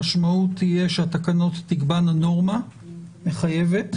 המשמעות תהיה שהתקנות תקבענה נורמה מחייבת,